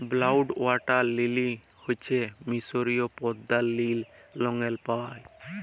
blue water lily হচ্যে মিসরীয় পদ্দা লিল রঙের পায়